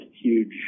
huge